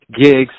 gigs